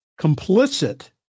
complicit